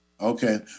Okay